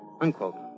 Unquote